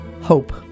hope